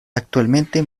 actualmente